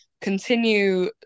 continue